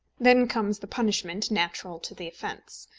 then comes the punishment natural to the offence.